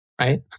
right